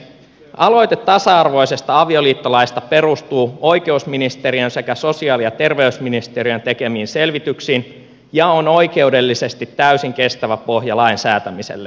aloite tasa arvoisesta avioliittolaista perustuu oikeusministeriön sekä sosiaali ja terveysministeriön tekemiin selvityksiin ja on oikeudellisesti täysin kestävä pohja lain säätämiselle